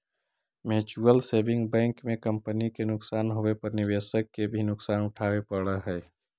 mutual saving bank में company के नुकसान होवे पर निवेशक के भी नुकसान उठावे पड़ऽ हइ